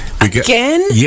Again